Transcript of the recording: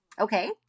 Okay